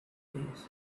days